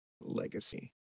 Legacy